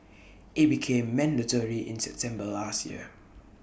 IT became mandatory in September last year